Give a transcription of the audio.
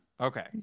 okay